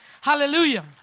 Hallelujah